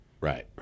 Right